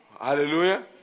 Hallelujah